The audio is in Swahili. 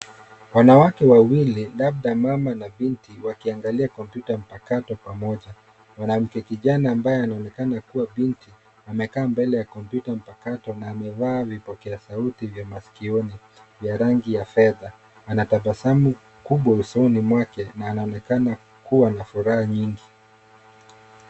Wanawake walili labda mama na binti wakiangalia kompyuta mpakato pamoja. Mwanamke kijana ambaye anaonekana kuwa binti, amekaa mbele ya kompyuta mpakato na amevaa vipokea sauti vya masikioni vya rangi ya fedha. Ana tabasamu kubwa usoni mwake na anaonekana kuwa na furaha nyingi.